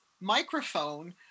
microphone